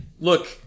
look